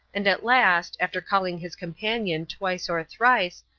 and at last, after calling his companion twice or thrice,